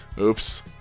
Oops